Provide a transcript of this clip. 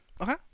Okay